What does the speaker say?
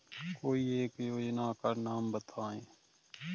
कोई एक योजना का नाम बताएँ?